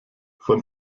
von